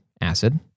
acid